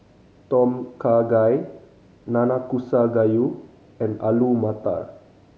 Tom Kha Gai Nanakusa Gayu and Alu Matar